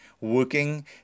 working